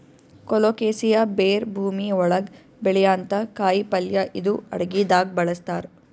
colocasia ಬೇರ್ ಭೂಮಿ ಒಳಗ್ ಬೆಳ್ಯಂಥ ಕಾಯಿಪಲ್ಯ ಇದು ಅಡಗಿದಾಗ್ ಬಳಸ್ತಾರ್